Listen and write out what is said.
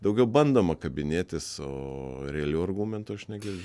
daugiau bandoma kabinėtis o realių argumentų aš negirdžiu